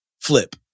flip